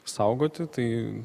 saugoti tai